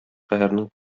шәһәрнең